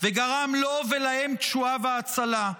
וגרם לו ולהם תשועה והצלה".